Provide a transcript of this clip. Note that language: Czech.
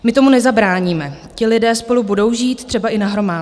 My tomu nezabráníme, ti lidé spolu budou žít, třeba i na hromádce.